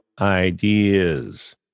ideas